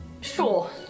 Sure